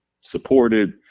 supported